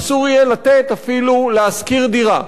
אסור יהיה לתת אפילו להשכיר דירה.